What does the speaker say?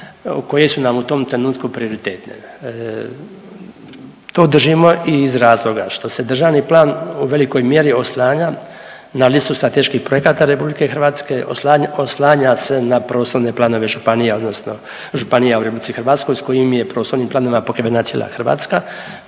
koje su nam u tom trenutku prioritetne. To držimo i iz razloga što se državni plan u velikoj mjeri oslanja na listu strateških projekata RH, oslanja se na prostorne planove županija odnosno županija u RH s kojim je prostornim planovima pokrivena cijela Hrvatska.